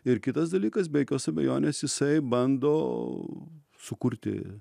ir kitas dalykas be jokios abejonės jisai bando sukurti